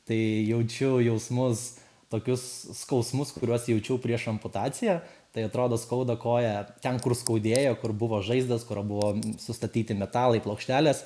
tai jaučiu jausmus tokius skausmus kuriuos jaučiau prieš amputaciją tai atrodo skauda koją ten kur skaudėjo kur buvo žaizdos kur buvo sustatyti metalai plokštelės